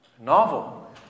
Novel